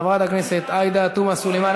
חברת הכנסת עאידה תומא סלימאן.